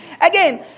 Again